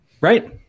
Right